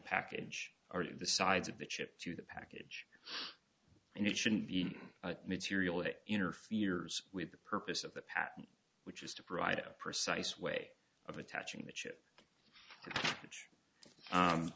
package or the sides of the chip to the package and it shouldn't be material that interferes with the purpose of the patent which is to provide a precise way of attaching the chip which